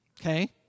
Okay